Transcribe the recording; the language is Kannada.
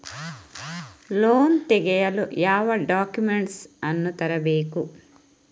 ಲೋನ್ ತೆಗೆಯಲು ಯಾವ ಡಾಕ್ಯುಮೆಂಟ್ಸ್ ಅನ್ನು ತರಬೇಕು?